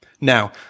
Now